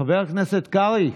חבר הכנסת קרעי.